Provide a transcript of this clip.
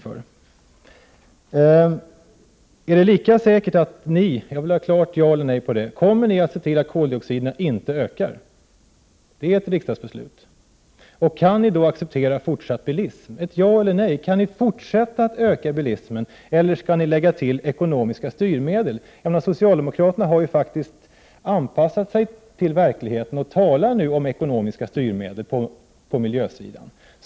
Men är det lika säkert — jag vill ha ett klart ja eller nej som svar på frågan — att ni också kommer att se till att koldioxiderna inte ökar? Det är ju riksdagens beslut. Vidare: Kan ni acceptera fortsatt bilism? Jag vill ha ett ja eller nej till svar också här. Kan ni alltså fortsätta att öka bilismen eller skall ni lägga till ekonomiska styrmedel? Socialdemokraterna har nu faktiskt anpassat sig till verkligheten och talar ju om ekonomiska styrmedel på miljösidan.